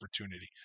opportunity